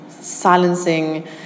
silencing